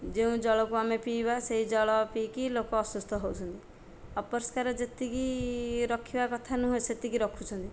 ଯେଉଁ ଜଳକୁ ଆମେ ପିଇବା ସେହି ଜଳ ପିଇକି ଲୋକେ ଅସୁସ୍ଥ ହେଉଛନ୍ତି ଅପରିଷ୍କାର ଯେତିକି ରଖିବା କଥା ନୁହେଁ ସେତିକି ରଖୁଛନ୍ତି